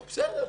בסדר.